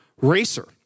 racer